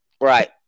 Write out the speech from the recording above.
Right